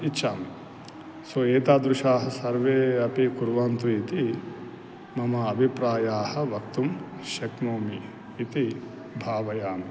इच्छामि सो एतादृशाः सर्वे अपि कुर्वन्तु इति मम अभिप्रायाः वक्तुं शक्नोमि इति भावयामि